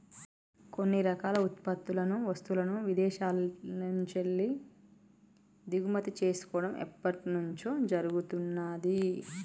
కొన్ని రకాల ఉత్పత్తులను, వస్తువులను ఇదేశాల నుంచెల్లి దిగుమతి చేసుకోడం ఎప్పట్నుంచో జరుగుతున్నాది